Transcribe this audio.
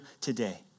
today